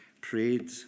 prayed